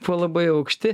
buvo labai aukšti